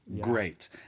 great